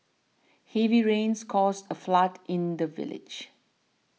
heavy rains caused a flood in the village